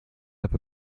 have